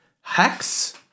Hex